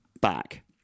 back